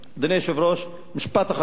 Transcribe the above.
אדוני היושב-ראש, משפט אחרון.